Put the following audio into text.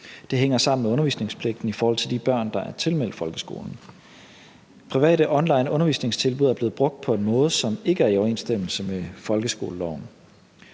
Det hænger sammen med undervisningspligten i forhold til de børn, der er tilmeldt folkeskolen. Private onlineundervisningstilbud er blevet brugt på en måde, som ikke er i overensstemmelse med folkeskoleloven,